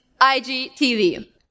IGTV